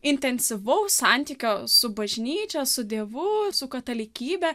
intensyvaus santykio su bažnyčia su dievu su katalikybe